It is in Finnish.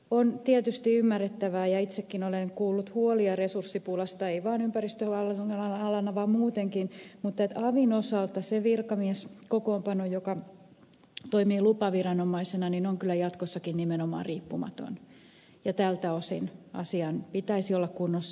on tietysti ymmärrettävää ja itsekin olen kuullut että huolia resurssipulasta ei ole vain ympäristöhallinnon alalla vaan muutenkin mutta avin osalta se virkamieskokoonpano joka toimii lupaviranomaisena on kyllä jatkossakin nimenomaan riippumaton ja tältä osin asian pitäisi olla kunnossa